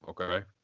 Okay